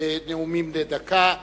בנאומים בני דקה.